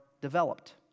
developed